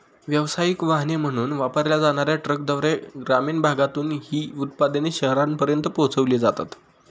व्यावसायिक वाहने म्हणून वापरल्या जाणार्या ट्रकद्वारे ग्रामीण भागातून ही उत्पादने शहरांपर्यंत पोहोचविली जातात